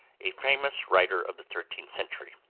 a famous writer of the thirteenth century.